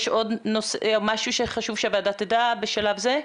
יש עוד משהו שחשוב שהוועדה תדע בשלב זה,